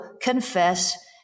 confess